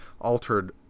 altered